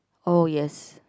oh yes